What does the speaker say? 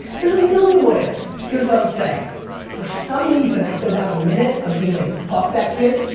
there's a million what ifs. here's what i would say for some reason, after about a minute of being like, fuck that kid,